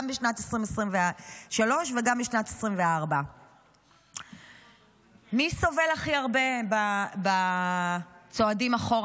גם בשנת 2023 וגם בשנת 2024. מי סובל הכי הרבה ב"צועדים אחורה,